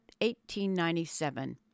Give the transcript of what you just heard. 1897